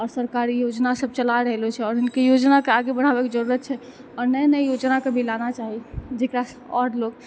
आओर सरकार ई योजना सब चला रहलऽ छै आओर हुनके योजनाके आगे बढ़ाबैके जरूरत छै आओर नए नए योजनाके भी लाना चाही जकरासँ आओर लोक